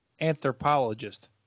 anthropologist